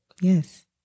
Yes